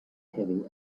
heavy